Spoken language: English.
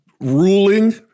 ruling